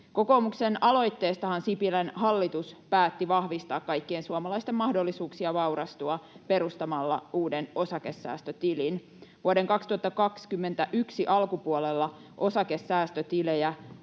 Kokoomuksen aloitteestahan Sipilän hallitus päätti vahvistaa kaikkien suomalaisten mahdollisuuksia vaurastua perustamalla uuden osakesäästötilin. Vuoden 2021 alkupuolella osakesäästötilejä